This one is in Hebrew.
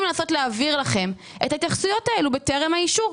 לנסות להעביר לכם את ההתייחסויות האלה בטרם האישור.